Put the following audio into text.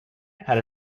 had